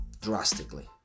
drastically